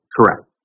Correct